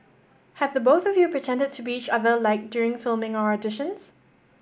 have the both of you pretended to be each other like during filming or auditions